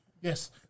Yes